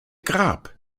grab